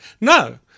no